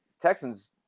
Texans